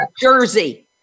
Jersey